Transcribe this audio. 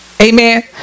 Amen